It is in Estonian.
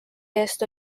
eest